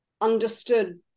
understood